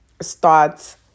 start